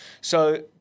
So-